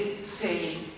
stay